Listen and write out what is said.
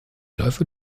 läufer